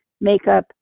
makeup